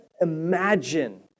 imagine